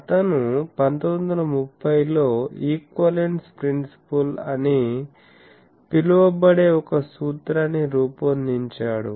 అతను 1930 లో equivalence principle అని పిలువబడే ఒక సూత్రాన్ని రూపొందించాడు